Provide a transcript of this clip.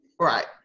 Right